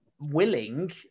willing